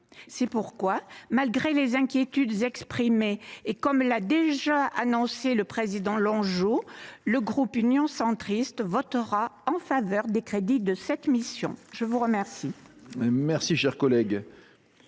C’est pourquoi, malgré les inquiétudes exprimées et comme l’a déjà annoncé le président Longeot, le groupe Union Centriste votera en faveur des crédits de cette mission. La parole